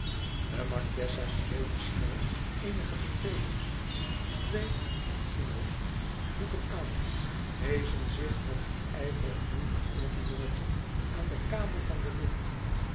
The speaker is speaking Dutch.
de marchesa schreeuwde schel eenige bevelen twee facchino's liepen aan heeschen zich met het ijverig doende knoopenjongentje aan de kabel van den lift